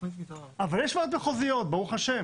אבל יש ועדות מחוזיות, ברוך השם.